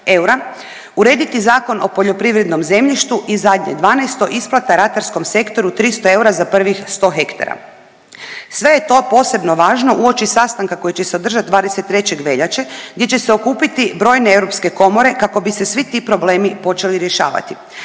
Urediti Zakon o poljoprivrednom zemljištu. I zadnje 12. isplata ratarskom sektoru 300 eura za prvih 100 hektara. Sve je to posebno važno uoči sastanka koji će se održati 23. veljače gdje će se okupiti brojne europske komore kako bi se svi ti problemi počeli rješavati.